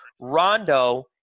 Rondo